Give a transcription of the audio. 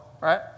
right